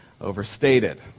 overstated